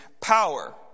power